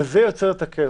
וזה יוצר את הכאוס,